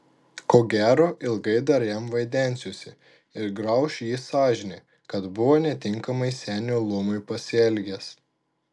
ko gero ilgai dar jam vaidensiuosi ir grauš jį sąžinė kad buvo netinkamai senio luomui pasielgęs